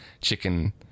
chicken